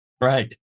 Right